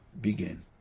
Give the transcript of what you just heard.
begin